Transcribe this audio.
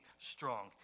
strong